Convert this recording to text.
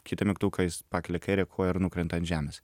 kitą mygtuką jis pakelia kairę koją ir nukrenta ant žemės